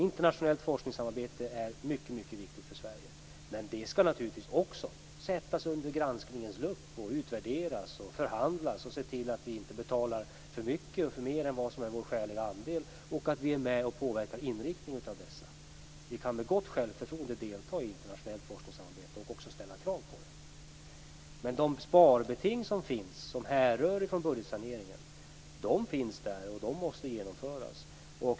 Internationellt forskningssamarbete är mycket, mycket viktigt för Sverige, men det skall naturligtvis också sättas under granskningens lupp och utvärderas och förhandlas. Vi skall se till att vi inte betalar för mycket - mer än vad som är vår skäliga andel - och att vi är med och påverkar inriktningen. Vi kan med gott självförtroende delta i internationellt forskningssamarbete och också ställa krav på det, men de sparbeting som härrör från budgetsaneringen finns där, och de måste genomföras.